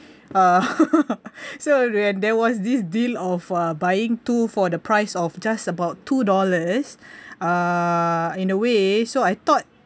uh so there was this deal of uh buying two for the price of just about two dollars uh in a way so I thought